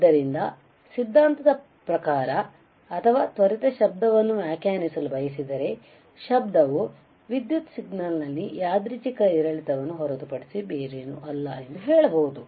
ಆದ್ದರಿಂದ ಸಿದ್ಧಾಂತದ ಪ್ರಕಾರ ಅಥವಾ ತ್ವರಿತವಾಗಿ ಶಬ್ದವನ್ನು ವ್ಯಾಖ್ಯಾನಿಸಲು ಬಯಸಿದರೆ ಶಬ್ದವು ವಿದ್ಯುತ್ ಸಿಗ್ನಲ್ ನಲ್ಲಿನ ಯಾದೃಚ್ಛಿಕ ಏರಿಳಿತವನ್ನು ಹೊರತುಪಡಿಸಿ ಬೇರೇನೂ ಅಲ್ಲ ಎಂದು ಹೇಳಬಹುದು